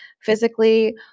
physically